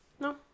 No